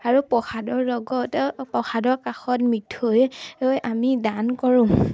আৰু প্ৰসাদৰ লগত প্ৰসাদৰ কাষত মিঠৈ আমি দান কৰোঁ